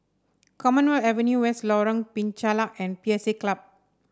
Commonwealth Avenue West Lorong Penchalak and P S A Club